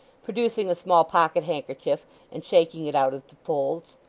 producing a small pocket-handkerchief and shaking it out of the folds,